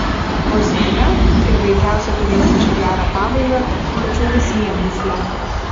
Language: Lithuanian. pozityvia ir veikiausia turėsiančia gerą pabaigą tačiau vis vien mįsle